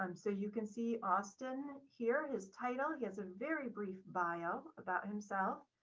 um so you can see austin here his title, he has a very brief bio about himself.